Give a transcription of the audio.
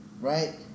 Right